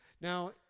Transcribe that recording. Now